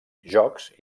jocs